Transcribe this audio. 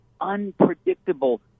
unpredictable